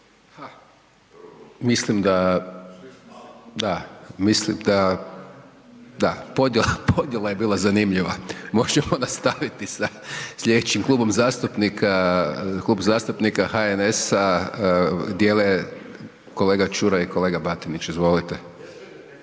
Mislim da, da. Podjela, podjela je bila zanimljiva. Možemo nastaviti sa sljedećim klubom zastupnika, Klub zastupnika HNS-a dijele kolega Čuraj i kolega Batinić, izvolite.